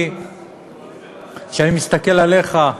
כשאני מסתכל עליך,